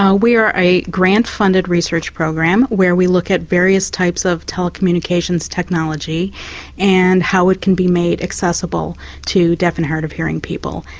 ah we are a grant-funded research program, where we look at various types of telecommunications technology and how it can be made accessible to deaf and hard of hearing people.